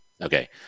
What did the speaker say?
okay